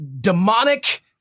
demonic